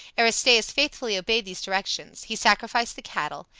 aristaeus faithfully obeyed these directions. he sacrificed the cattle,